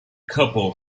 couple